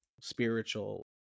spiritual